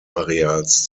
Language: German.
areals